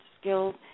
skills